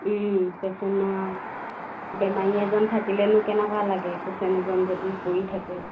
পেচেণ্টৰ বেমাৰী এজন থাকিলেনো কেনেকুৱা লাগে পেচেণ্ট এজন যদি পৰি থাকে